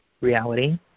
reality